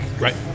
Right